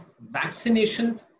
vaccination